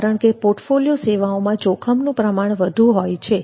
કારણકે પોર્ટફોલિયો સેવાઓમાં જોખમનું પ્રમાણ વધુ હોય છે